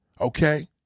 Okay